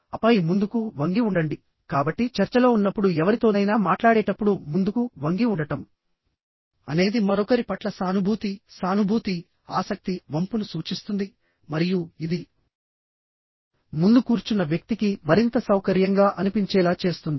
ఆపై ముందుకు వంగి ఉండండి కాబట్టి చర్చలో ఉన్నప్పుడు ఎవరితోనైనా మాట్లాడేటప్పుడు ముందుకు వంగి ఉండటం అనేది మరొకరి పట్ల సానుభూతి సానుభూతి ఆసక్తి వంపును సూచిస్తుంది మరియు ఇది ముందు కూర్చున్న వ్యక్తికి మరింత సౌకర్యంగా అనిపించేలా చేస్తుంది